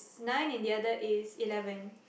nine and the other is eleven